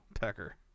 pecker